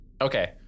Okay